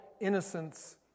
innocence